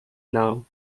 now